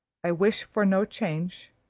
i wish for no change.